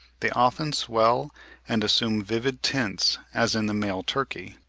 they often swell and assume vivid tints, as in the male turkey.